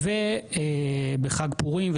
ובחג פורים,